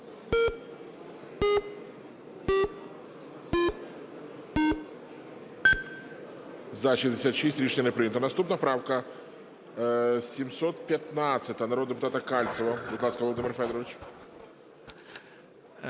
За-66 Рішення не прийнято. Наступна правка 715 народного депутата Кальцева. Будь ласка, Володимире Федоровичу.